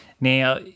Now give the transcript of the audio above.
Now